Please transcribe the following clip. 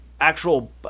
actual